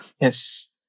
Yes